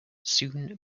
soon